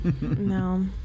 No